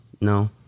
No